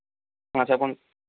ఆ చెప్పండి